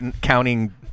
counting